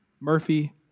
Murphy